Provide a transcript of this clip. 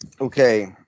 Okay